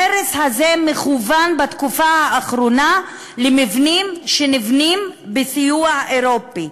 ההרס הזה מכוון בתקופה האחרונה למבנים שנבנים בסיוע אירופי.